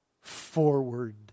forward